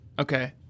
Okay